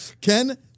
Ken